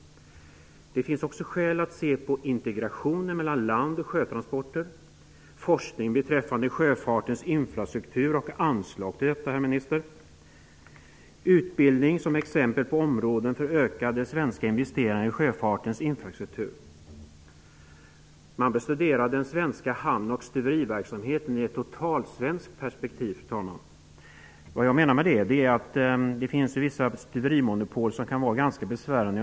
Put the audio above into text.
Det finns också skäl att se på integrationen mellan land och sjötransporter, på forskningen om sjöfartens infrastruktur och anslag till denna, herr minister, samt på utbildning som exempel på områden för ökade svenska investeringar i sjöfartens infrastruktur. Man bör studera hamnoch stuveriverksamheten i ett totalsvenskt perspektiv, fru talman. Med det menar jag att det ju finns vissa stuverimonopol som kan vara besvärande.